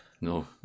no